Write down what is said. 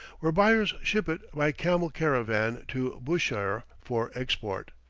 where buyers ship it by camel-caravan to bushire for export.